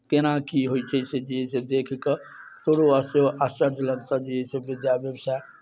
केना की होइत छै जे अइ से देखि कऽ तोरो आश्चर्य आश्चर्य लगतह जे अइ से विद्या व्यवसाय